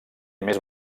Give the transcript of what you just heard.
més